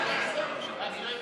אז הם יהיו החברים שלנו,